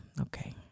Okay